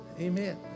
Amen